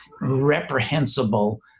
reprehensible